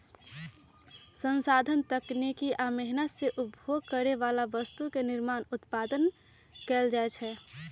संसाधन तकनीकी आ मेहनत से उपभोग करे बला वस्तु के निर्माण उत्पादन कएल जाइ छइ